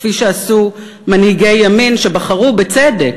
כפי שעשו מנהיגי ימין שבחרו, בצדק,